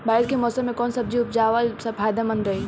बारिश के मौषम मे कौन सब्जी उपजावल फायदेमंद रही?